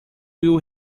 will